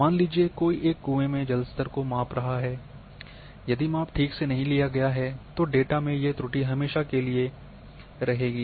मान लीजिए कोई एक कुएं में जलस्तर को माप रहा है यदि माप ठीक से नहीं लिया गया है तो डेटा में ये त्रुटि हमेशा के लिए में रहेगी